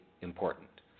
important